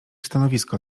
stanowisko